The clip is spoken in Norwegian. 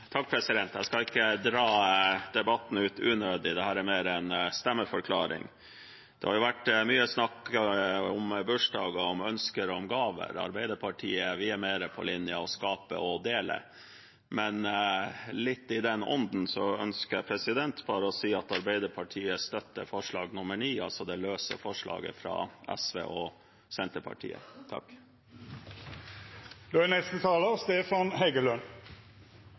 har vært mye snakk om bursdager og ønsker om gaver. Arbeiderpartiet er mer på linjen for å skape og dele. Men litt i den ånden ønsker jeg bare å si at Arbeiderpartiet støtter forslag nr. 9, altså det løse forslaget fra SV og Senterpartiet. For å utdype litt om Johan Castberg: Vi i regjeringspartiene og Fremskrittspartiet, som da